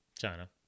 China